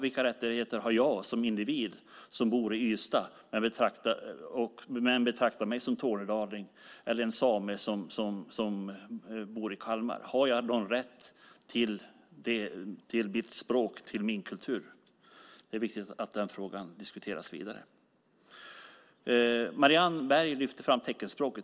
Vilka rättigheter har jag som individ som bor i Ystad men betraktar mig som tornedaling? Vilka rättigheter har en same som bor i Kalmar? Har jag någon rätt till mitt språk och min kultur? Det är viktigt att den frågan diskuteras vidare. Marianne Berg lyfte fram teckenspråket.